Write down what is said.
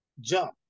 jump